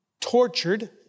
tortured